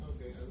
Okay